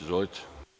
Izvolite.